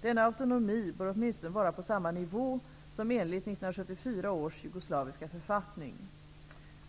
Denna autonomi bör åtminstone vara på samma nivå som enligt 1974 års jugoslaviska författning.